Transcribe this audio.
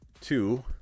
two